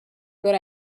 good